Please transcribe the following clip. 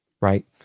right